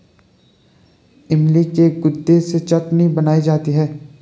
इमली के गुदे से चटनी बनाई जाती है